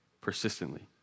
persistently